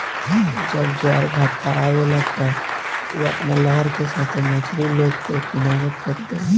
जब ज्वारभाटा आवेला त उ अपना लहर का साथे मछरी लोग के किनारे फेक देला